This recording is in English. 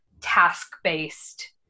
task-based